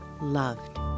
loved